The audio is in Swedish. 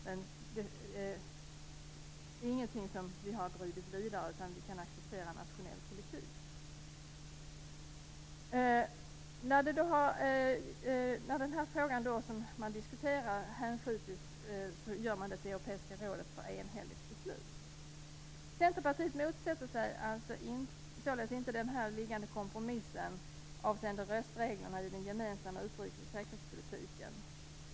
Det är inget som vi har drivit vidare, utan vi kan acceptera nationell politik. En sådan fråga som här diskuteras skall hänskjutas till Europeiska rådet för enhälligt beslut. Centerpartiet motsätter sig således inte den liggande kompromissen avseende röstreglerna i den gemensamma utrikes och säkerhetspolitiken.